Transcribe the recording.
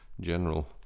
general